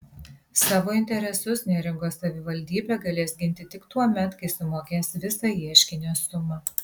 savo interesus neringos savivaldybė galės ginti tik tuomet kai sumokės visą ieškinio sumą